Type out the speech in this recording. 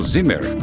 Zimmer